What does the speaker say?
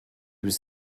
was